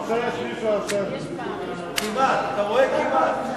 ההצעה להסיר מסדר-היום את הצעת חוק החכרת מקרקעין (הוראות שעה)